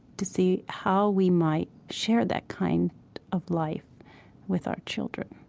to see how we might share that kind of life with our children.